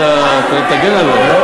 תגן עלי.